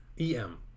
E-M